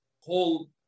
whole